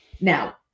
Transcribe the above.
Now